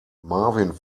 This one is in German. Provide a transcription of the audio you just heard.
marvin